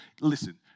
Listen